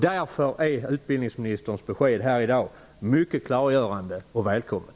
Därför är utbildningsministerns besked här i dag mycket klargörande och välkommet.